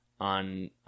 on